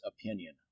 opinion